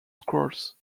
scrolls